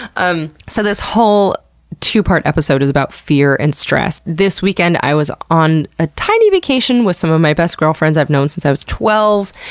um so, this whole two-part episode is about fear and stress. this weekend i was on a tiny vacation with some of my best girlfriends i've known since i was twelve,